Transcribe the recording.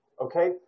Okay